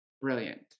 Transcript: Brilliant